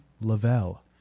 Lavelle